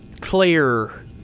clear